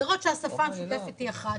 לראות שהשפה המשותפת היא אחת,